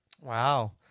Wow